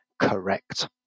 correct